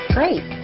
Great